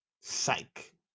Psych